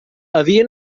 havia